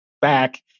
back